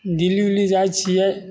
दिल्ली ओल्ली जाइत छियै